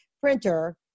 printer